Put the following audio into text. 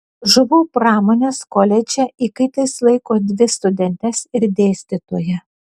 žuvų pramonės koledže įkaitais laiko dvi studentes ir dėstytoją